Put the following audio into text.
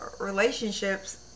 relationships